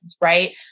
right